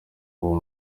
uwo